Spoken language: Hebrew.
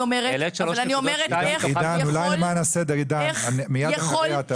למען הסדר, עידן, מיד אחריה.